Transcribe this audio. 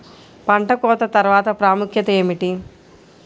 పంట కోత తర్వాత ప్రాముఖ్యత ఏమిటీ?